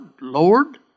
Lord